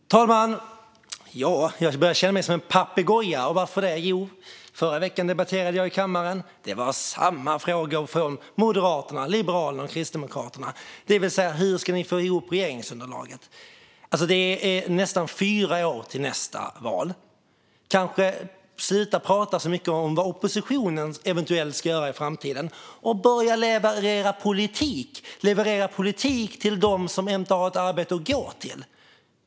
Herr talman! Jag börjar känna mig som en papegoja. Varför det? I förra veckan debatterade jag i kammaren. Det var samma frågor från Moderaterna, Liberalerna och Kristdemokraterna, det vill säga hur vi ska få ihop regeringsunderlaget. Det är nästan fyra år till nästa val. Sluta prata så mycket om vad oppositionen eventuellt ska göra i framtiden och börja leverera politik till dem som inte har ett arbete gå till.